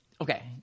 okay